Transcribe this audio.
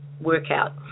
workout